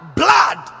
blood